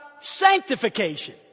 sanctification